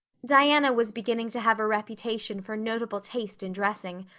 diana was beginning to have a reputation for notable taste in dressing,